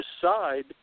decide